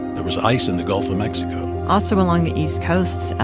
there was ice in the gulf of mexico also, along the east coast,